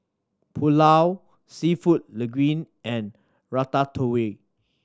Pulao Seafood Linguine and Ratatouille